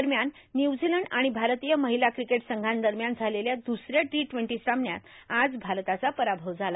दरम्यान न्यूझीलंड आाण भारतीय र्माहला क्रिकेट संघादरम्यान झालेल्या द्सऱ्या टो ट्वटो सामन्यात आज भारताचा पराभव झाला